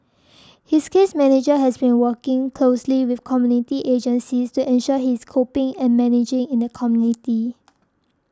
his case manager has been working closely with community agencies to ensure he is coping and managing in the community